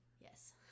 Yes